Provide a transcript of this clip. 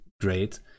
great